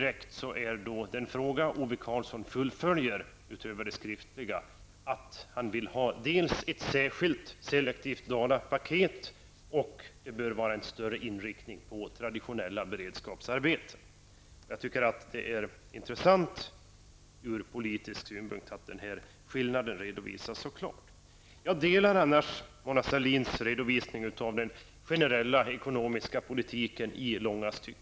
Den fråga Ove Karlsson fullföljer, utöver sin skriftliga fråga, är att han vill ha ett särskilt selektivt Dalapaket och en större inriktning på traditionella beredskapsarbeten. Jag tycker att det är intressant ur politisk synpunkt att den här skillnaden redovisas så klart. Jag delar Mona Sahlins redovisning av den generella ekonomiska politiken i långa stycken.